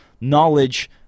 knowledge